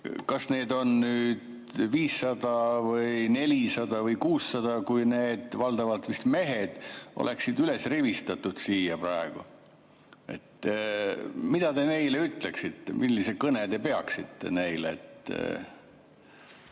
kas neid on nüüd 500 või 400 või 600 – kui need valdavalt vist mehed oleksid üles rivistanud siia praegu, siis mida te neile ütleksite? Millise kõne te peaksite neile?